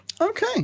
okay